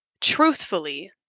truthfully